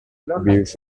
views